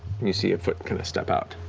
and you see a foot kind of step out.